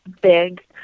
big